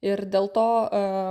ir dėl to